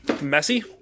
messy